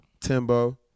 Timbo